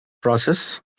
process